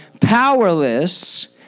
powerless